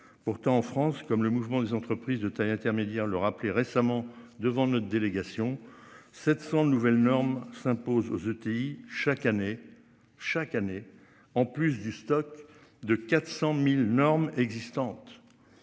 Pourtant, en France comme le Mouvement des entreprises de taille intermédiaire le rappeler récemment devant notre délégation 700 de nouvelles normes s'impose aux ETI. Chaque année, chaque année, en plus du stock de 400.000 normes existantes.